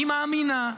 היא מאמינה,